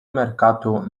merkato